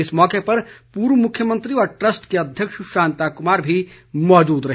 इस मौके पर पूर्व मुख्यमंत्री व ट्रस्ट के अध्यक्ष शांता कुमार भी मौजूद रहे